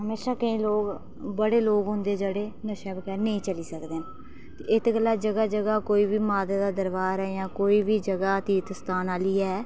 हमेशा केईं लोग बड़े लोग होंदे जेड़े नशे बगैर नेईं चली सकदे ते इत्त गल्लै जगह जगह कोई बी माता दा दरबार ऐ जां कोई बी जगह तीर्थ स्थान आह्ली ऐ